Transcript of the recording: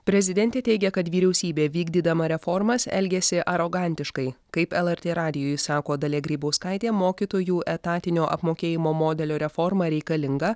prezidentė teigia kad vyriausybė vykdydama reformas elgiasi arogantiškai kaip lrt radijui sako dalia grybauskaitė mokytojų etatinio apmokėjimo modelio reforma reikalinga